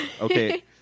Okay